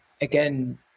again